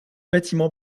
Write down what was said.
bâtiment